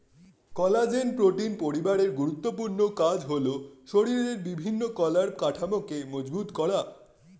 collagen protein পরিবারের গুরুত্বপূর্ণ কাজ হলো শরীরের বিভিন্ন কলার কাঠামোকে মজবুত করা